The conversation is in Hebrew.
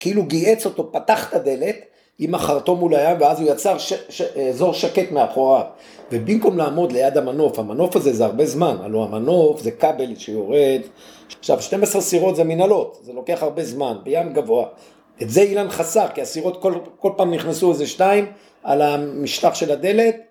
כאילו גיהץ אותו, פתח את הדלת עם החרטום מול הים, ואז הוא יצר אזור שקט מאחוריו. ובמקום לעמוד ליד המנוף, המנוף הזה זה הרבה זמן, הלוא המנוף, זה כבל שיורד, עכשיו, 12 סירות זה מנהלות, זה לוקח הרבה זמן בים גבוה. את זה אילן חסך, כי הסירות כל פעם נכנסו איזה שתיים על המשטח של הדלת.